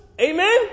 Amen